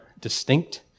distinct